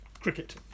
cricket